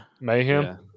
mayhem